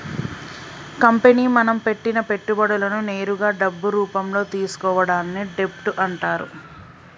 company మనం పెట్టిన పెట్టుబడులను నేరుగా డబ్బు రూపంలో తీసుకోవడాన్ని డెబ్ట్ అంటరు